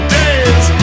days